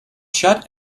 shut